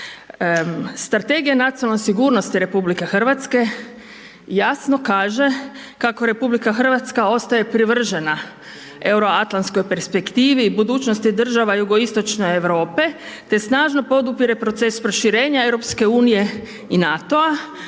Strategija nacionalne sigurnosti RH jasno kaže kako RH ostaje privržena euroatlanskoj perspektivi, budućnosti država Jugoistočne Europe te snažno podupire proces proširenja EU i NATO-a.